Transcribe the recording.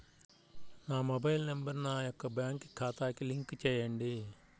నా mobile number నా యొక్క బ్యాంక్ ఖాతాకి లింక్ చేయండీ?